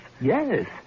Yes